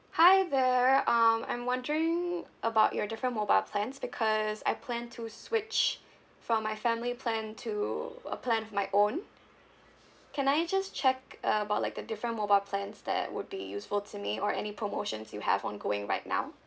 hi there um I'm wondering about your different mobile plans because I plan to switch from my family plan to a plan of my own can I just check about like the different mobile plans that would be useful to me or any promotions you have ongoing right now